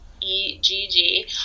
E-G-G